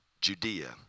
Judea